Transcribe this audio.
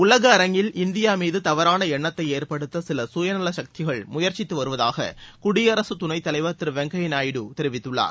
உலக அரங்கில் இந்தியா மீது தவறான எண்ணத்தை ஏற்படுத்த சில சுயநல சக்திகள் முயற்சித்து வருவதாக துணைத் தலைவர் குடியரசு திரு வெங்கய்ய நாயுடு தெரிவித்துள்ளார்